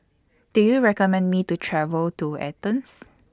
Do YOU recommend Me to travel to Athens